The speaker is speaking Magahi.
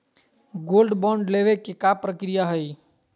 गोल्ड बॉन्ड लेवे के का प्रक्रिया हई?